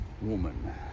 Woman